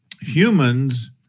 humans